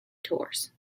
tours